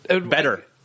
Better